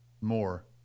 more